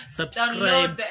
subscribe